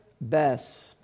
best